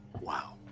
wow